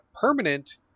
permanent